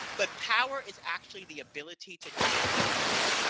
but power is actually the ability to change the rules.